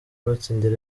batsindiye